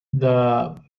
the